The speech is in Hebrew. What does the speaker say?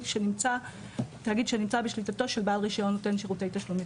שנמצא בשליטתו של בעל רישיון שנותן תשלום יציבותי.